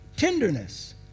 Tenderness